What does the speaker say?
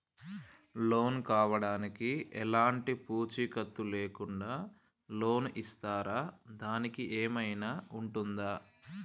Loan కావడానికి ఎలాంటి పూచీకత్తు లేకుండా లోన్ ఇస్తారా దానికి ఏమైనా ఉంటుందా?